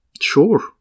Sure